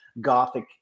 Gothic